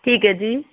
ਠੀਕ ਹੈ ਜੀ